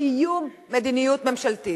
קיום מדיניות ממשלתית.